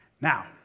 Now